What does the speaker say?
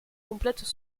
complètent